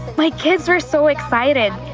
like kids are so excited,